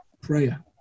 Prayer